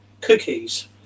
cookies